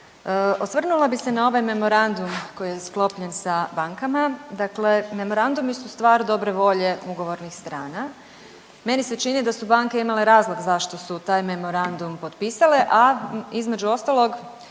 Osvrnula bi se na ovaj memorandum koji je sklopljen sa bankama, dakle memorandumi su stvar dobre volje ugovornih strana. Meni se čini da su banke imale razlog zašto su taj memorandum potpisale, a između ostalog